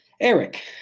Eric